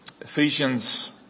Ephesians